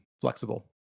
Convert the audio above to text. flexible